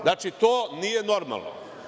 Znači, to nije normalno.